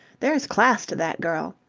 there's class to that girl.